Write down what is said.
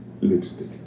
Lipstick